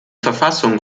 verfassung